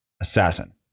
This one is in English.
assassin